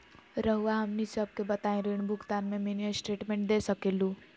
रहुआ हमनी सबके बताइं ऋण भुगतान में मिनी स्टेटमेंट दे सकेलू?